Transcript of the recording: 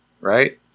right